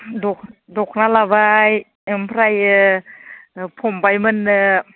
दख'ना लाबाय ओमफ्राय फंबाय मोननो